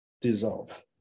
dissolve